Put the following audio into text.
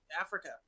Africa